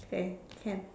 okay can